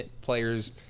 players